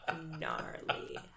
Gnarly